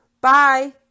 Bye